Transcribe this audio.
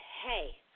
hey